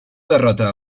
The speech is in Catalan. derrota